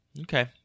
Okay